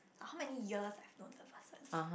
how many years I've known the person